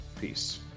peace